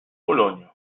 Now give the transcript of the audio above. pologne